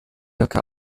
jacke